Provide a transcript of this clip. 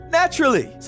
naturally